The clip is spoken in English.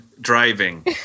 driving